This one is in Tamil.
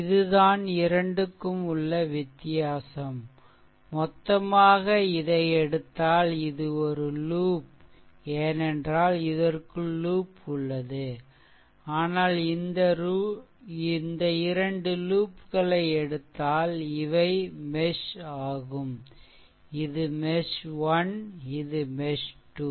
இது தான் இரண்டுக்கும் உள்ள வித்தியாசம் மொத்தமாக இதை எடுத்தால் இது லூப் ஏனென்றால் இதற்குள் லூப் உள்ளது ஆனால் இந்த இரண்டு லூப்களை எடுத்தால் இவை மெஷ் ஆகும் இது மெஷ் 1 இது மெஷ் 2